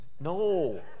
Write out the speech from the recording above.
No